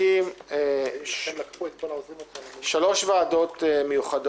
אעלה להצבעה שלוש ועדות.